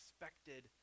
expected